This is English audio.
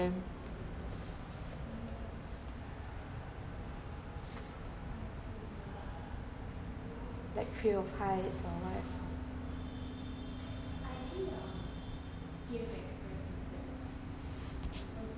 like fear of height or what